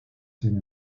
sin